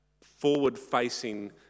forward-facing